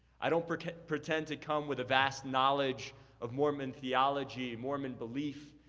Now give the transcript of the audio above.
i don't pretend pretend to come with a vast knowledge of mormon theology, mormon belief,